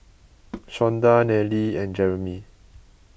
Shonda Nellie and Jerimy